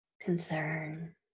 concern